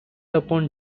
upon